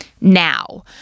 now